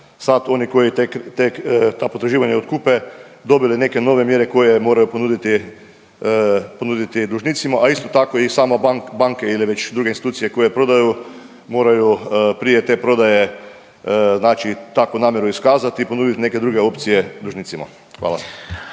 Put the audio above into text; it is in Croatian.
sad oni koji tek, tek ta potraživanja otkupe dobili neke nove mjere koje moraju ponuditi, ponuditi dužnicima, a isto tako i same banke ili već druge institucije koje prodaju moraju prije te prodaje znači takvu namjeru iskazati i ponudit neke druge opcije dužnicima, hvala.